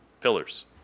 pillars